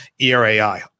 ERAI